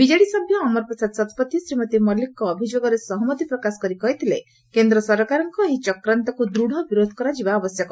BJD ସଭ୍ୟ ଅମର ପ୍ରସାଦ ଶତପଥୀ ଶ୍ରୀମତୀ ମଲ୍କିକଙ୍ଙ ଅଭିଯୋଗରେ ସହମତି ପ୍ରକାଶ କରି କହିଥିଲେ ଯେ କେନ୍ଦ ସରକାରଙ୍କ ଏହି ଚକ୍ରାନ୍ତକୁ ଦୂଢ ବିରୋଧ କରାଯିବା ଦରକାର